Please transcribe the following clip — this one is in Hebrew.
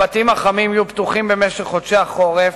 הבתים החמים יהיו פתוחים במשך חודשי החורף,